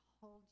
hold